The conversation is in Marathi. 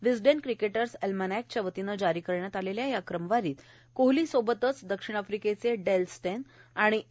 विस्डेन क्रिकेटर्स अल्मनॅकच्या वतीनं जारी करण्यात आलेल्या या क्रमवारीत कोहली सोबतच दक्षिण आफ्रिकेचे डेलस्टेन आणि ए